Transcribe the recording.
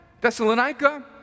Thessalonica